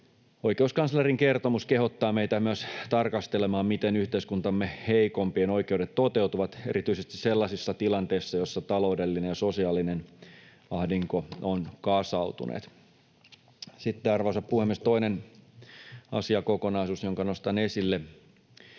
Oikeuskanslerin kertomus kehottaa meitä myös tarkastelemaan, miten yhteiskuntamme heikompien oikeudet toteutuvat erityisesti sellaisissa tilanteissa, joissa taloudellinen ja sosiaalinen ahdinko ovat kasautuneet. Arvoisa puhemies! Toinen asiakokonaisuus, jonka nostan esille